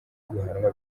guhanwa